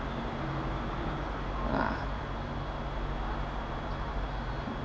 ah